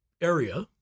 area